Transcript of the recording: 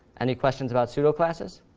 any questions about pseudo-classes?